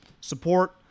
support